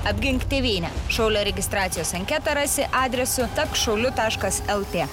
apgink tėvynę šaulio registracijos anketą rasi adresu tapk šauliu taškas el tė